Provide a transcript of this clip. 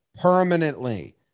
permanently